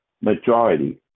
majority